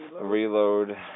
Reload